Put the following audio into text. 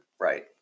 Right